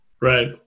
Right